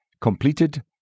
completed